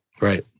Right